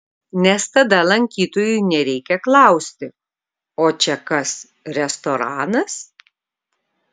nes tada lankytojui nereikia klausti o čia kas restoranas